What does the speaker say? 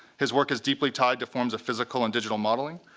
his work is deeply tied to forms of physical and digital modeling,